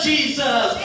Jesus